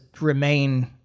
remain